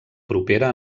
propera